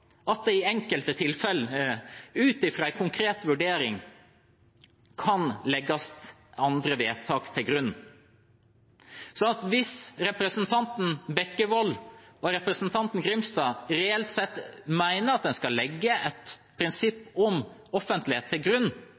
at det i enkelte tilfeller, ut fra en konkret vurdering, kan legges andre vedtak til grunn. Så hvis representanten Bekkevold og representanten Grimstad reelt sett mener at en skal legge et prinsipp om offentlighet til grunn,